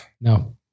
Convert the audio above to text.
No